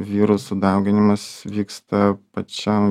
virusų dauginimasis vyksta pačiam